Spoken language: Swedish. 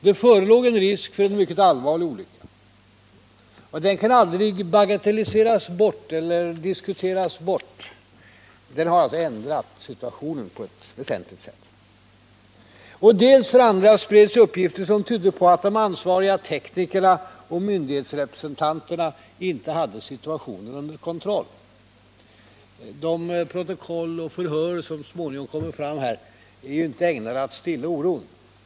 Det förelåg risk för en mycket allvarlig olycka, och den kan aldrig bagatelliseras eller diskuteras bort. Situationen har alltså förändrats på ett väsentligt sätt. För det andra spreds uppgifter som tydde på att de ansvariga teknikerna och myndighetsrepresentanterna inte hade situationen under kontroll. De protokoll från förhör som så småningom kommit fram är inte ägnade att stilla oron.